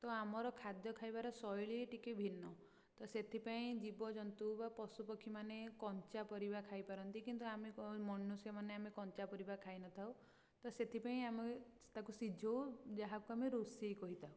ତ ଆମର ଖାଦ୍ୟ ଖାଇବାର ଶୈଳୀ ଟିକେ ଭିନ୍ନ ତ ସେଥିପାଇଁ ଜୀବଜନ୍ତୁ ବା ପଶୁପକ୍ଷୀ ମାନେ କଞ୍ଚା ପରିବା ଖାଇପାରନ୍ତି କିନ୍ତୁ ଆମେ ମନୁଷ୍ୟମାନେ ଆମେ କଞ୍ଚା ପରିବା ଖାଇନଥାଉ ତ ସେଥିପାଇଁ ଆମେ ତାକୁ ସିଝୋଉ ଯାହାକୁ ଆମେ ରୋଷେଇ କହିଥାଉ